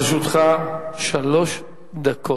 לרשותך שלוש דקות.